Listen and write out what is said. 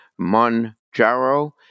Monjaro